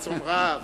ברצון רב.